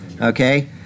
okay